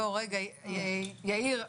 יאיר,